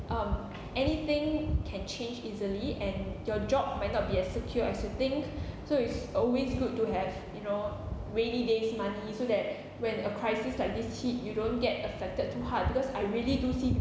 um anything can change easily and your job might not be as secure as you think so it's always good to have you know rainy days money so that when a crisis like this hit you don't get affected too hard because I really do see